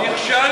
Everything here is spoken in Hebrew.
נשק.